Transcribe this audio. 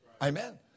Amen